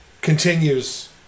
continues